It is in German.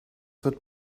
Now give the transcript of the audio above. wird